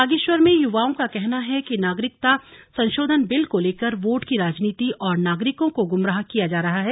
बागेश्वर में यूवाओं का कहना है कि नागरिकता संशोधन बिल को लेकर वोट की राजनीति और नागरिकों को गुमराह किया जा रहा है